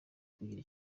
kugira